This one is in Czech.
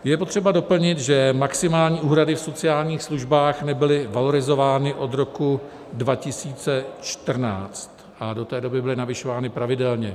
Je potřeba doplnit, že maximální úhrady v sociálních službách nebyly valorizovány od roku 2014 a do té doby byly navyšovány pravidelně.